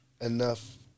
enough